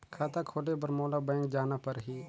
खाता खोले बर मोला बैंक जाना परही?